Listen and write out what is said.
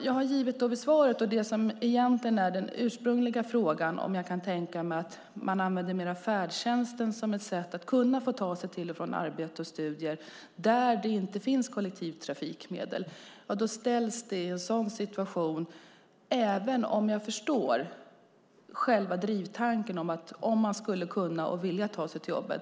Jag har givit ett svar på den ursprungliga frågan som var om jag kan tänka mig att man mer använder färdtjänsten för att kunna ta sig till och från arbete och studier där det inte finns kollektivtrafikmedel. Jag förstår själva tanken att man skulle kunna och vilja ta sig till jobbet.